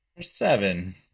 seven